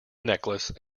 necklace